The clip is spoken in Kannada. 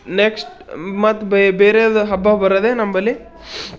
ನೆಕ್ಸ್ಟ್ ಮತ್ತು ಬೇರೆದು ಹಬ್ಬ ಬರೋದೇ ನಂಬಲ್ಲಿ